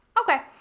Okay